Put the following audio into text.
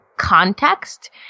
context